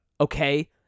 Okay